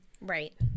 Right